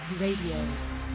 Radio